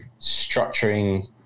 structuring